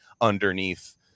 underneath